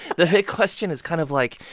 the question is kind of like,